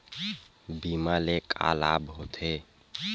बीमा ले का लाभ होथे?